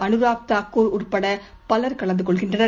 அனுராக் தாக்கூர் உட்படபலர் கலந்துகொள்கின்றனர்